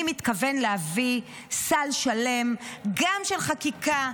אני מתכוון להביא סל שלם גם של חקיקה,